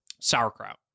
sauerkraut